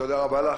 תודה רבה לך.